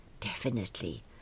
Definitely